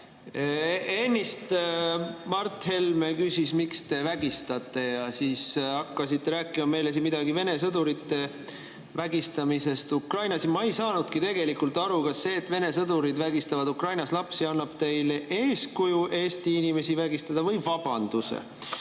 Ennist Mart Helme küsis, miks te vägistate, ja siis hakkasite rääkima meile siin midagi Vene sõdurite vägistamisest Ukrainas. Ma ei saanudki tegelikult aru, kas see, et Vene sõdurid vägistavad Ukrainas lapsi, annab teile eeskuju Eesti inimesi vägistada või vabanduse.